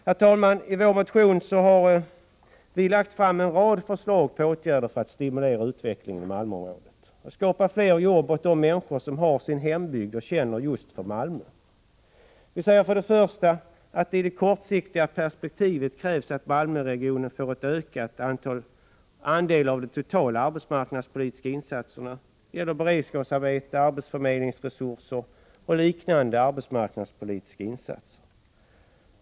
Herr talman! I vår motion 1459 har vi lagt fram en rad förslag till åtgärder för att stimmulera utvecklingen i Malmöområdet och för att skapa fler jobb åt de människor som där har sin hembygd och känner för just Malmö. Vi säger för det första att det i det kortsiktiga perspektivet krävs att Malmöregionen får en ökad andel av de totala arbetsmarknadspolitiska insatserna. Det gäller beredskapsarbeten, arbetsförmedlingsresurser och liknande arbetsmarknadspolitiska insatser.